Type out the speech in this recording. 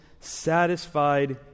satisfied